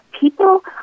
people